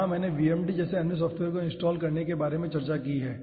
यहां मैंने VMD जैसे अन्य सॉफ्टवेयर को इनस्टॉल करने के बारे में चर्चा की है